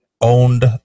owned